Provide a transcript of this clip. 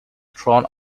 throne